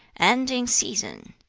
and in season!